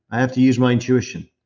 i have to use my intuition.